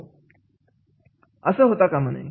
असं होता कामा नये